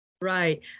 right